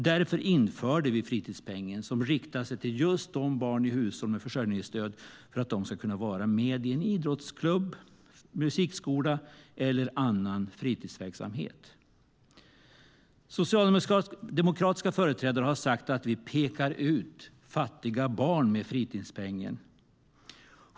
Därför införde vi fritidspengen, som riktar sig till just barn i hushåll med försörjningsstöd för att de ska kunna vara med i en idrottsklubb, gå i musikskola eller delta i annan fritidsverksamhet. Socialdemokratiska företrädare har sagt att vi pekar ut fattiga barn med fritidspengen.